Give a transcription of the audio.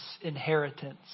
inheritance